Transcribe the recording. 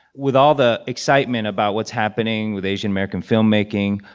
with all the excitement about what's happening with asian-american filmmaking,